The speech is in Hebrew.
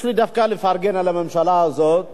יש לי דווקא רצון לפרגן לממשלה הזאת